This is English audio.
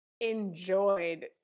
enjoyed